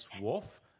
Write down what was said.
Wolf